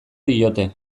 diote